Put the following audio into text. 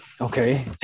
okay